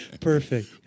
Perfect